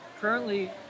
currently